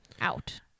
out